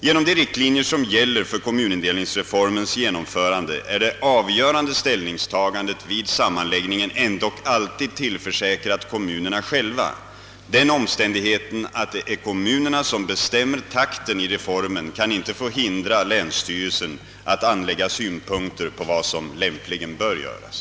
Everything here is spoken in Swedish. Genom de riktlinjer som gäller för kommunindelningsreformens genomförande är det avgörande ställningstagandet vid sammanläggningen ändock alltid tillförsäkrat kommunerna själva. Den omständigheten att det är kommunerna som bestämmer takten i reformen kan inte få hindra länsstyrelsen att anlägga synpunkter på vad som lämpligen bör göras.